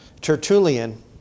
Tertullian